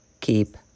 keep